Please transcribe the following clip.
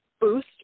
boost